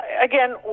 Again